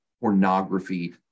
pornography